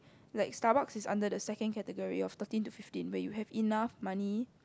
like Starbucks is under second category of thirteen to fifteen but you have enough money